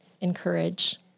encourage